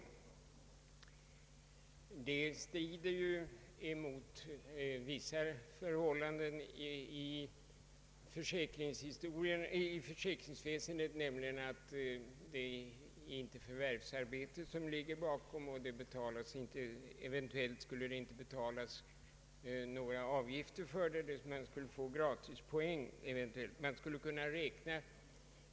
Detta strider mot vissa förhållanden i försäkringsväsendet, nämligen att det inte föreligger förvärvsarbete som grund för pensionen. Eventuellt skulle det inte betalas några avgifter, utan man skulle få gratispoäng.